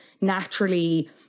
naturally